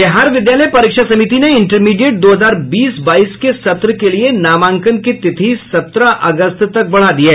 बिहार विद्यालय परीक्षा समिति ने इंटरमीडिएट दो हजार बीस बाईस के सत्र के लिये नामांकन की तिथि सत्रह अगस्त तक बढ़ा दी है